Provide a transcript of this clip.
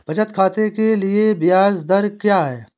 बचत खाते के लिए ब्याज दर क्या है?